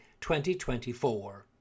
2024